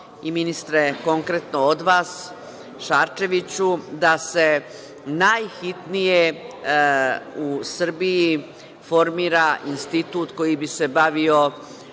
ministre, i konkretno od vas da se najhitnije u Srbiji formira institut koji bi se bavio